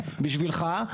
בשבילך.